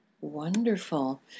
Wonderful